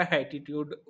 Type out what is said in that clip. attitude